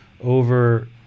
over